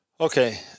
Okay